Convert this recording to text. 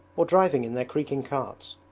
or driving in their creaking carts,